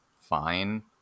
fine